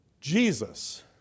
Jesus